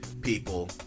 people